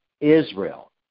Israel